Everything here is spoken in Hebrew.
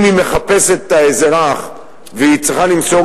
אם היא מחפשת את האזרח והיא צריכה למסור